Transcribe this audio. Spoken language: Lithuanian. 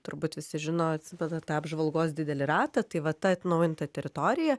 turbūt visi žino atsimena tą apžvalgos didelį ratą tai va ta atnaujinta teritorija